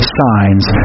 signs